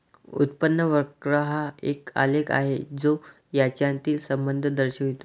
उत्पन्न वक्र हा एक आलेख आहे जो यांच्यातील संबंध दर्शवितो